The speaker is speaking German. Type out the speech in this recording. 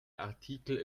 artikel